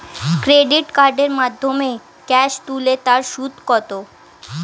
Credit কার্ডের মাধ্যমে cash তুলে তার সুদ কত?